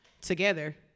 together